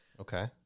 Okay